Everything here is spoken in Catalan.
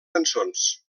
cançons